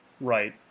Right